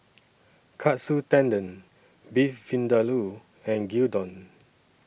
Katsu Tendon Beef Vindaloo and Gyudon